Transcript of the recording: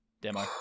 demo